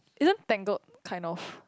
isn't tangle kind of